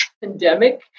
pandemic